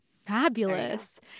fabulous